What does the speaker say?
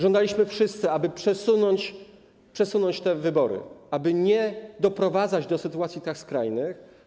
Żądaliśmy wszyscy, aby przesunąć te wybory, aby nie doprowadzać do sytuacji tak skrajnych.